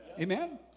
Amen